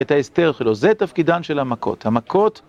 את ההסתר שלו, זה תפקידן של המכות. המכות...